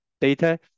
data